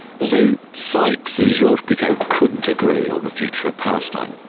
so sykes and georges-picot couldn't agree on the future of palestine,